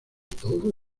todo